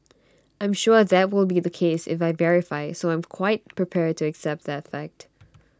I'm sure that will be the case if I verify so I'm quite prepared to accept that fact